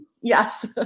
Yes